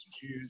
shoes